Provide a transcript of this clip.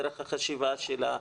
דרך החשיבה שלה,